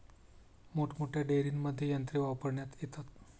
मोठमोठ्या डेअरींमध्ये यंत्रे वापरण्यात येतात